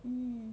mm